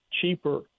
cheaper